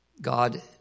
God